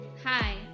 Hi